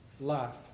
life